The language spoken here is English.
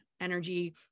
energy